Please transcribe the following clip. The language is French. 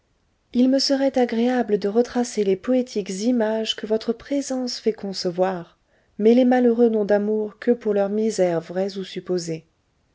il me serait agréable de retracer les poétiques images que votre présence fait concevoir mais les malheureux n'ont d'amour que pour leurs misères vraies ou supposées